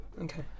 okay